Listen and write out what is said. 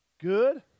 good